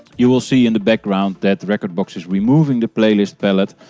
you will see in the background that rekordbox is removing the playlist pallette,